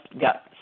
got